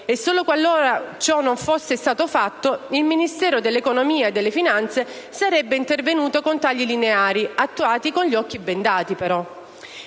e, solo qualora ciò non fosse stato fatto, il Ministero dell'economia e delle finanze sarebbe intervenuto con tagli lineari, attuati con gli occhi bendati però.